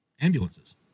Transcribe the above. ambulances